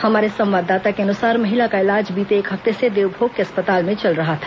हमारे संवाददाता के अनुसार महिला का इलाज बीते एक हफ्ते से देवभोग के अस्पताल में चल रहा था